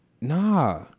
nah